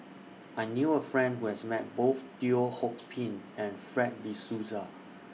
I knew A Person Who has Met Both Teo Ho Pin and Fred De Souza